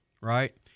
right